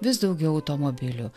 vis daugiau automobilių